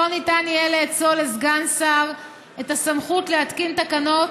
לא ניתן יהיה לאצול לסגן שר את הסמכות להתקין תקנות,